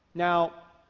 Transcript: now